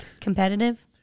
Competitive